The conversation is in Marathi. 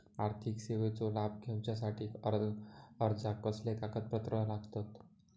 आर्थिक सेवेचो लाभ घेवच्यासाठी अर्जाक कसले कागदपत्र लागतत?